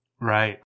Right